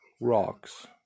rocks